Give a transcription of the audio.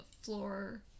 floor